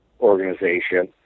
organization